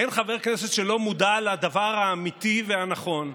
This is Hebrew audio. אין חבר כנסת שלא מודע לדבר האמיתי והנכון,